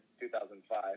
2005